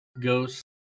Ghost